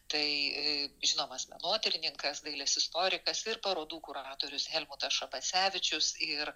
tai žinomas menotyrininkas dailės istorikas ir parodų kuratorius helmutas šabasevičius ir